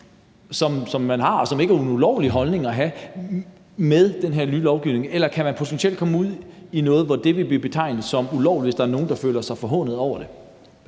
som de har, og som ikke er en ulovlig holdning at have, med den her nye lovgivning? Eller kan man potentielt komme ud i noget, hvor det vil blive betegnet som ulovligt, hvis der er nogen, der føler sig forhånet over det?